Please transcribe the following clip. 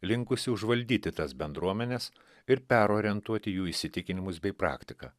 linkusi užvaldyti tas bendruomenes ir perorientuoti jų įsitikinimus bei praktiką